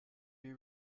you